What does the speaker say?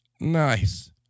Nice